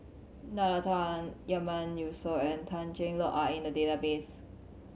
Nalla Tan Yatiman Yusof and Tan Cheng Lock are in the database